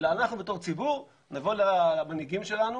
בתור דוגמה, את הראית את הלכלוך בחוף הים למשל,